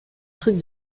truc